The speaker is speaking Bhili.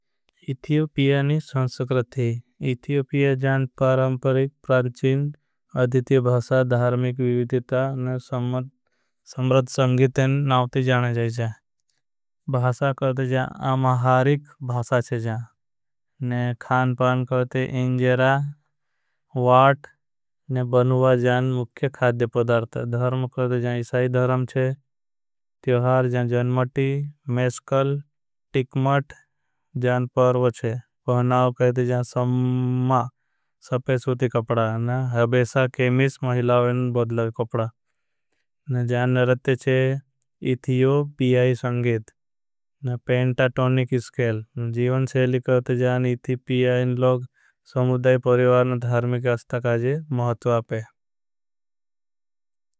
इथियोपिया नई संस्कृति इथियोपिया जान पारांपरिक प्रांचेन अधितिय। भासा धार्मेक विविदेता न सम्रत संगीतन नावते जान। जाएजा करते जान आमहारिक भासा चे जाएजा पान करते एंजेरा वाट। बनुवा जान मुख्य खाद्य पदर्त करते जान इसाई धर्म चे त्यहार जान जनमटी। मेशकल टिकमट जान पर्वचे करते जान सम्मा सपे। सूति कपड़ा, हबेसा, केमिस, महिलावेन बदल कपड़ा नरते चे इथियोपियाई। संगीत ना पेंटाटोनिक स्केल शेली करते जान इथिपियाई इन लोग समुधाई। परिवार्ण धर्मिक अस्ताकाजे महत्वापे।